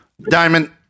Diamond